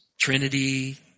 Trinity